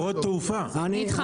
אני איתך.